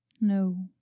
No